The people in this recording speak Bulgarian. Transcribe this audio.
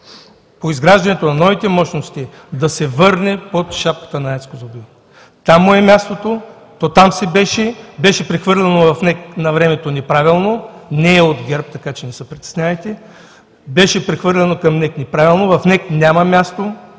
по изграждането на новите мощности да се върне под шапката на АЕЦ „Козлодуй“. Там му е мястото, то там си беше. Беше прехвърлено в НЕК навремето неправилно. Не е от ГЕРБ, така че не се притеснявайте. Беше прехвърлено към НЕК неправилно, в НЕК няма място